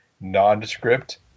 nondescript